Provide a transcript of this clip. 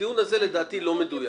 הטיעון הזה, לדעתי, לא מדויק.